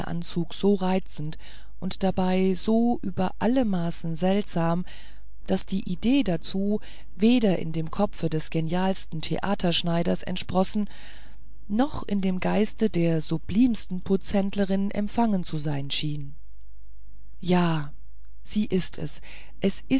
anzug so reizend und dabei so über alle maßen seltsam daß die idee dazu weder in dem kopfe des genialsten theaterschneiders entsprossen noch in dem geiste der sublimsten putzhändlerin empfangen zu sein schien ja sie ist es es